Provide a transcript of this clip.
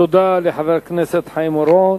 תודה לחבר הכנסת חיים אורון.